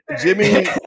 Jimmy